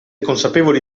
consapevoli